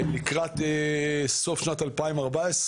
לקראת סוף שנת 2014,